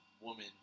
woman